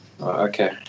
okay